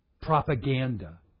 propaganda